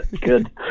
good